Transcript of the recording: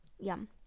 Yum